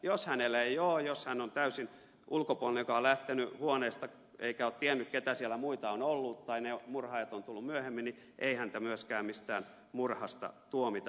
jos hänellä ei ole jos hän on täysin ulkopuolinen joka on lähtenyt huoneesta eikä ole tiennyt ketä muita siellä on ollut tai ne murhaajat ovat tulleet myöhemmin niin ei häntä myöskään mistään murhasta tuomita